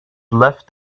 left